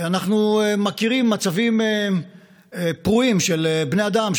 אנחנו מכירים מצבים פרועים של בני האדם,